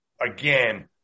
again